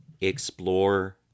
explore